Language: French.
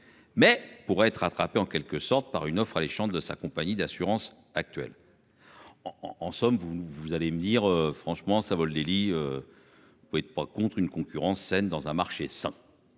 mais pourrait être rattrapé en quelque sorte par une offre alléchante de sa compagnie d'assurance actuel. En, en somme, vous allez me dire franchement ça vaut le Savoldelli. Vous pouvez pas contre une concurrence saine dans un marché sans